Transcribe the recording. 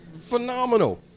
phenomenal